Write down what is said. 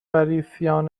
فَریسیان